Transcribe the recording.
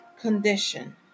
condition